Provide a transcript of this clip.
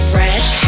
Fresh